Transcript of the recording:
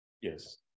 yes